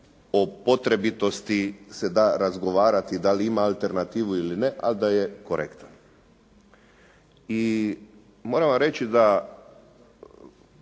o potrebitosti se da razgovarati da li ima alternativu ili ne, ali da je korektan. I moram vam reći da